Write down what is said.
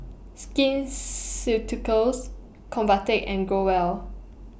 Skin Ceuticals Convatec and Growell